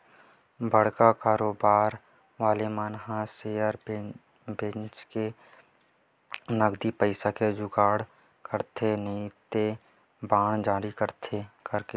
बड़का कारोबार वाले मन ह सेयर बेंचके नगदी पइसा के जुगाड़ करथे नइते बांड जारी करके